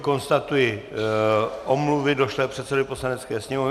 Konstatuji omluvy došlé předsedovi Poslanecké sněmovny.